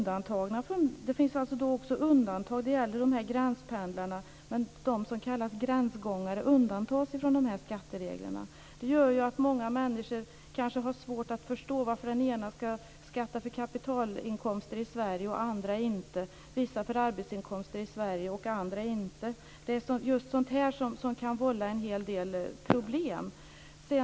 Det gäller gränspendlarna. De som kallas gränsgångare undantas från dessa skatteregler. Det gör att många människor har svårt att förstå varför den ena skall skatta för kapitalinkomster i Sverige och den andra inte och varför vissa skall skatta för arbetsinkomster i Sverige och andra inte. Det är just sådant som kan vålla en hel del problem.